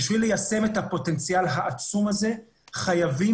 כדי ליישם את הפוטנציאל העצום הזה חייבים